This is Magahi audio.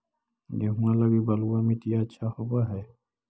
गेहुआ लगी बलुआ मिट्टियां अच्छा होव हैं?